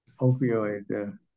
opioid